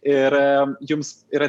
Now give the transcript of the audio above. ir jums yra